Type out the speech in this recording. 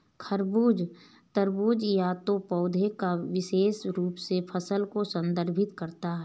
खरबूज, तरबूज या तो पौधे या विशेष रूप से फल को संदर्भित कर सकता है